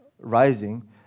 rising